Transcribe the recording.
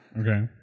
okay